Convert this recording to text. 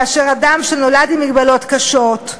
כאשר אדם שנולד עם מגבלות קשות,